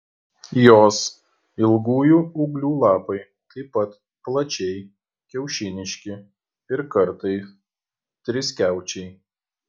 jos ilgųjų ūglių lapai taip pat plačiai kiaušiniški ir kartais triskiaučiai